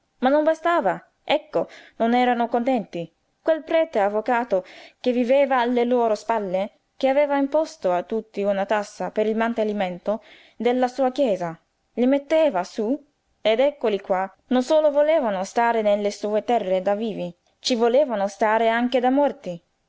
ma non bastava ecco non erano contenti quel prete avvocato che viveva alle loro spalle che aveva imposto a tutti una tassa per il mantenimento della sua chiesa li metteva sú ed eccoli qua non solo volevano stare nelle sue terre da vivi ci volevano stare anche da morti